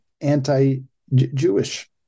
anti-Jewish